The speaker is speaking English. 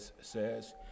says